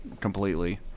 completely